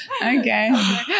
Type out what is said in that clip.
okay